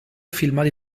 filmati